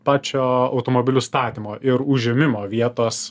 pačio automobilių statymo ir užėmimo vietos